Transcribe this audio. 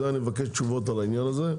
אבקש תשובות על זה,